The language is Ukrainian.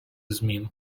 змін